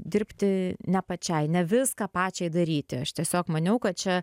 dirbti ne pačiai ne viską pačiai daryti aš tiesiog maniau kad čia